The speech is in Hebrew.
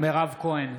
מירב כהן,